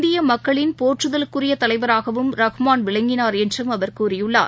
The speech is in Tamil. இந்தியமக்களின் போற்றுதலுக்குரியதலைவராகவும் ரஹ்மான் விளங்கினார் என்றும் அவர் கூறியுள்ளார்